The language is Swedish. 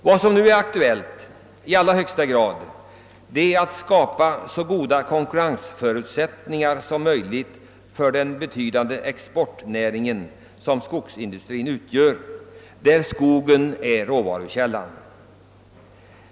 Vad som nu i allra högsta grad är aktuellt är att skapa så goda konkurrensförutsättningar som möjligt för skogsindustrin, som är en mycket betydande exportnäring med skogen som råvarukälla.